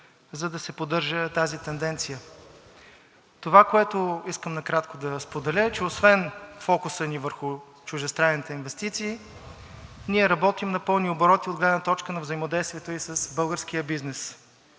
за да се поддържа тази тенденция. Това, което искам накратко да споделя, е, че освен фокуса ни върху чуждестранните инвестиции, ние работим на пълни обороти от гледна точка на взаимодействието и с българския бизнес,